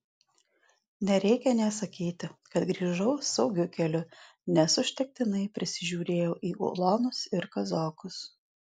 nereikia nė sakyti kad grįžau saugiu keliu nes užtektinai prisižiūrėjau į ulonus ir kazokus